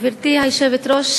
גברתי היושבת-ראש,